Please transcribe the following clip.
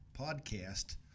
podcast